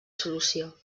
solució